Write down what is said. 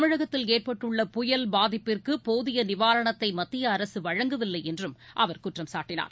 தமிழகத்தில் ஏற்பட்டுள்ள புயல் பாதிப்பிற்குபோதியநிவாரணத்தைமத்தியஅரசுவழங்கவில்லைஎன்றும் அவர் குற்றம் சாட்டினார்